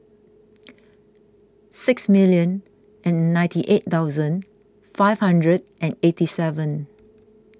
six million and ninety eight thousand five hundred and eighty seven